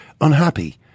unhappy